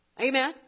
Amen